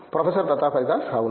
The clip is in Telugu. ప్రొఫెసర్ ప్రతాప్ హరిదాస్ అవును